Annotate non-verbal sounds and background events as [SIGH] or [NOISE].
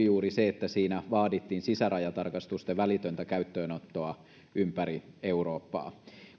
[UNINTELLIGIBLE] juuri se että siinä vaadittiin sisärajatarkastusten välitöntä käyttöönottoa ympäri eurooppaa